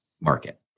market